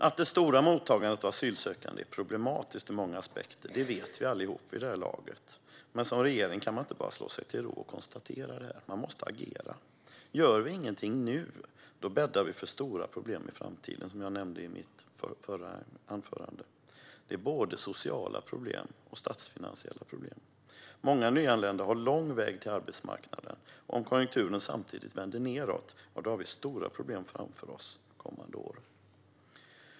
Att det stora mottagandet av asylsökande är problematiskt ur många aspekter vet vi alla vid det här laget, men som regering kan man inte bara slå sig till ro och konstatera det. Man måste agera. Gör vi ingenting nu bäddar vi för stora problem i framtiden, som jag sa i mitt förra anförande, både sociala och statsfinansiella problem. Många nyanlända har en lång väg till arbetsmarknaden. Om konjunkturen samtidigt vänder nedåt har vi stora problem framför oss de kommande åren.